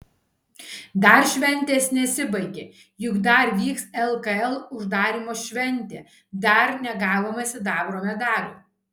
dar šventės nesibaigė juk dar vyks lkl uždarymo šventė dar negavome sidabro medalių